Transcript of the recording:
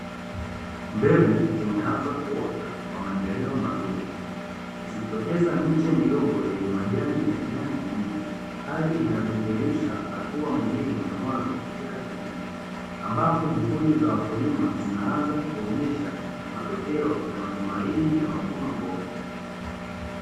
Mbegu zimeanza kuota kwa maendeleo mazuri zikitokeza miche midogo yenye majani ya kijani kibichi. Hali inayodhihirisha hatua muhimu ya mwanzo katika kilimo, ambapo juhudi za wakulima zinaanza kuonyesha matokeo ya matumaini ya mavuno bora.